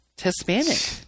Hispanic